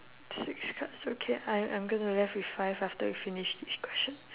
six cards okay I I'm gonna left with five after we finish this question